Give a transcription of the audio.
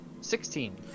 Sixteen